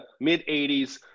mid-80s